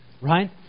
right